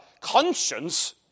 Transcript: conscience